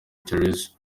thérèse